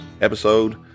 episode